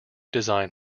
design